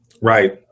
Right